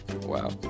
Wow